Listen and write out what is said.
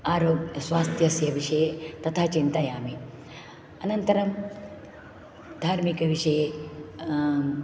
स्वास्थ्यस्य विषये तथा चिन्तयामि अनन्तरं धार्मिकविषये